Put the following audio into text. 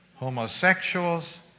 Homosexuals